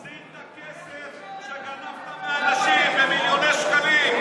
תחזיר את הכסף שגנבת מאנשים, מיליוני שקלים.